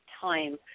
time